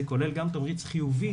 בנוסף, זה כולל גם תמריץ חיובי